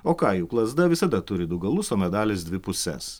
o ką juk lazda visada turi du galus o medalis dvi puses